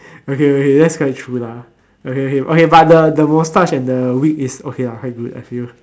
okay wait wait thats quite true lah okay okay but the the mustache and the wig is okay lah quite good I feel